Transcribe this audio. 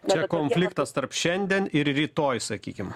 čia konfliktas tarp šiandien ir rytoj sakykim